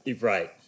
Right